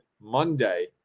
Monday